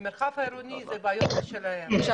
במרחב העירוני זה בעיות משלהם.